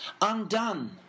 undone